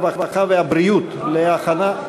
הרווחה והבריאות להכנה,